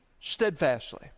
steadfastly